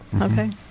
Okay